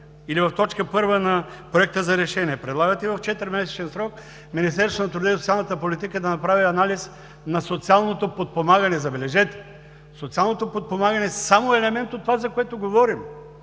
или в т. 1 на Проекта за решение? Предлагате в четиримесечен срок Министерството на труда и социалната политика да направи анализ на социалното подпомагане. Забележете – социалното подпомагане е само елемент от това, за което говорим.